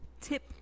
tip